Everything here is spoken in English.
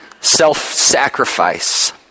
self-sacrifice